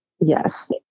yes